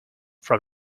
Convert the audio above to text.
from